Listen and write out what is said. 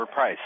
overpriced